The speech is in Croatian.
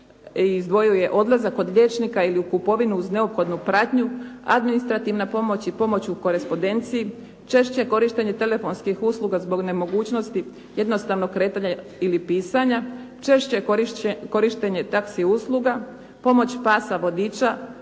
izdvojio je odlazak kod liječnika ili u kupovinu uz neophodnu pratnju, administrativna pomoć i pomoć u korespodenciji, češće korištenje telefonskih usluga zbog nemogućnosti jednostavnog kretanja ili pisanja, češće korištenje taxi usluga, pomoć pasa vodića,